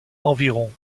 environ